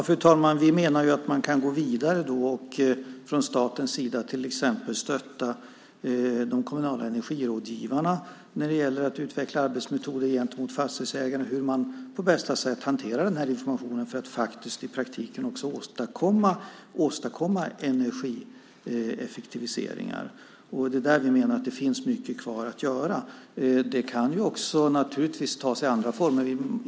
Fru talman! Vi menar ju att man kan gå vidare då och från statens sida till exempel stötta de kommunala energirådgivarna när det gäller att utveckla arbetsmetoder gentemot fastighetsägarna och hur man på bästa sätt hanterar den här informationen för att faktiskt i praktiken också åstadkomma energieffektiviseringar. Det är där vi menar att det finns mycket kvar att göra. Det kan ju också naturligtvis ta sig andra former.